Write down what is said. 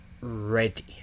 ready